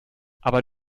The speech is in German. aber